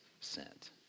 sent